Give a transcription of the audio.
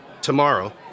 tomorrow